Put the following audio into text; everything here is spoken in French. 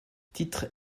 titre